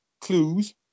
clues